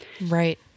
Right